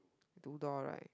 two door right